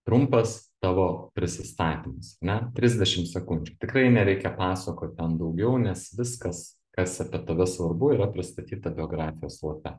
trumpas tavo prisistatymas ane trisdešim sekundžių tikrai nereikia pasakot ten daugiau nes viskas kas apie tave svarbu yra pristatyta biografijos lape